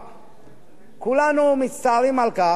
שקצב ההידברות והיכולת